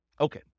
Okay